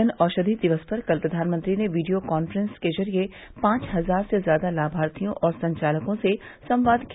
जन औषधि दिवस पर कल प्रधानमंत्री ने वीडियो कांफ्रेंस के जरिये पांच हजार से ज्यादा लाभार्थियों और संचालकों से संवाद किया